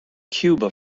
cuba